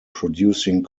producing